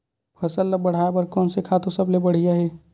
फसल ला बढ़ाए बर कोन से खातु सबले बढ़िया हे?